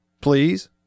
Please